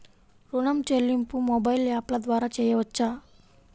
ఋణం చెల్లింపు మొబైల్ యాప్ల ద్వార చేయవచ్చా?